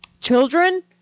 Children